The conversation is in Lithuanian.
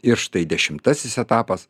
ir štai dešimtasis etapas